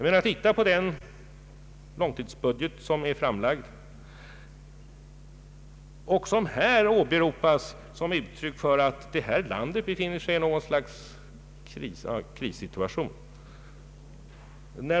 Se på den långtidsbudget som har lagts fram och som i den här debatten har tagits till intäkt för att vårt land befinner sig i en krissituation.